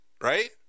right